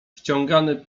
wciągany